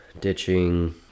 ditching